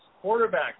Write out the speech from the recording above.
quarterback